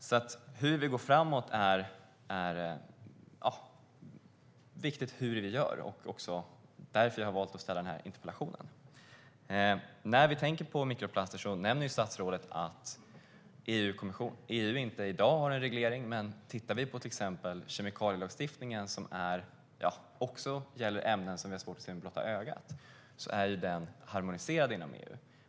Därför är det viktigt hur vi gör när vi går framåt. Det är också därför som jag har valt att ställa denna interpellation. När det gäller mikroplaster nämner statsrådet att EU i dag inte har någon reglering. Men till exempel kemikalielagstiftningen, som också gäller ämnen som vi har svårt att se med blotta ögat, är harmoniserad inom EU.